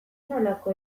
nolako